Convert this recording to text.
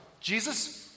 Jesus